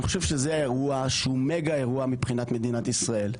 אני חושב שזה אירוע שהוא מגה אירוע מבחינת מדינת ישראל.